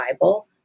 bible